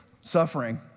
suffering